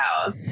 house